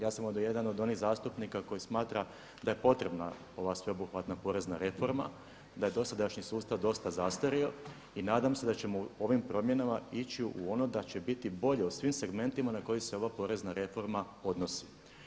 Ja sam onda jedan od onih zastupnika koji smatra da je potrebna ova sveobuhvatna porezna reforma, da je dosadašnji sustav dosta zastario i nadam se da ćemo u ovim promjenama ići u ono da će biti bolje u svim segmentima na koje se ova porezna reforma odnosi.